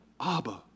Abba